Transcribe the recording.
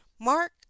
Mark